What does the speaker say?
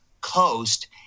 coast